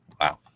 Wow